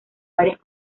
varias